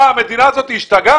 מה, המדינה הזאת השתגעה?